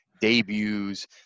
debuts